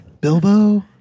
Bilbo